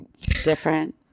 different